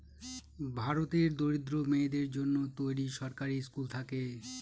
ভারতের দরিদ্র মেয়েদের জন্য তৈরী সরকারি স্কুল থাকে